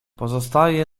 pozostaje